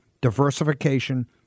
Diversification